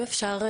פה?